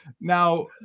Now